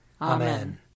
Amen